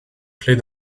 plait